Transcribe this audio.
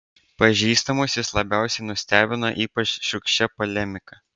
pažįstamus jis labiausiai nustebino ypač šiurkščia polemika